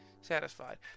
satisfied